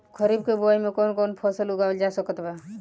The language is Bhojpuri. खरीब के बोआई मे कौन कौन फसल उगावाल जा सकत बा?